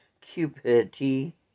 cupidity